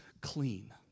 clean